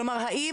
כלומר האם,